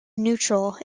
neutral